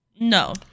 No